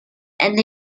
and